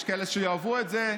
יש כאלה שיאהבו את זה,